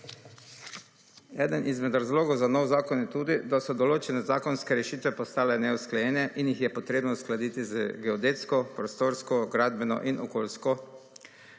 Eden izmed razlogov za nov zakon je tudi, da so določene zakonske rešitve postale neusklajene in jih je potrebno uskladiti z geodetsko, prostorsko, gradbeno in okoljsko